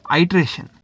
iteration